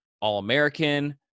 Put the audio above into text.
All-American